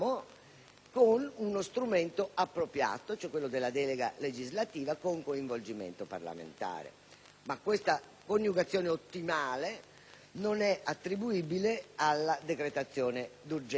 con uno strumento appropriato, quello della delega legislativa, con un coinvolgimento parlamentare. Questa coniugazione ottimale non è però attribuibile alla decretazione d'urgenza